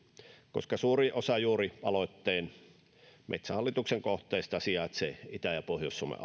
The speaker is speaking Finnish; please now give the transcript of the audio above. koska suurin osa juuri aloitteen mukaisista metsähallituksen kohteista sijaitsee itä ja pohjois suomen